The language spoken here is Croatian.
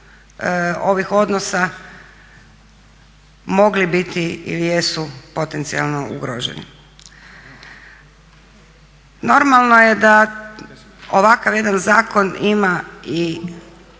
ovih odnosa mogli biti ili jesu potencijalno ugroženi. Normalno je da ovakav jedan zakon ima i